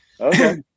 Okay